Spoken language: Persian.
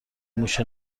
موش